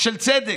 של צדק.